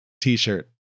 t-shirt